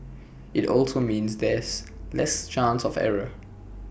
IT also means there's less chance of error